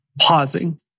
pausing